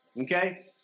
okay